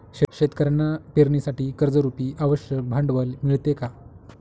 शेतकऱ्यांना पेरणीसाठी कर्जरुपी आवश्यक भांडवल मिळते का?